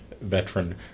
veteran